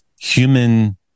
human